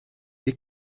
you